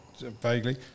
vaguely